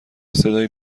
صدای